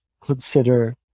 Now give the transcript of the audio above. consider